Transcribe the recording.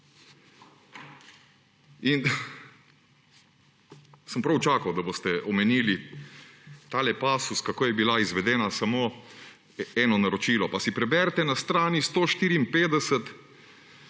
treba. Prav čakal sem, da boste omenili tale pasus, kako je bilo izvedeno samo eno naročilo. Pa si preberite na strani 154